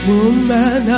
Woman